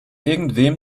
irgendwem